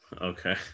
okay